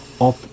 up